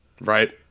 Right